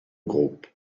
group